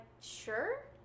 sure